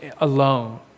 alone